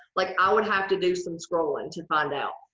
like i would have to do some scrolling to find out.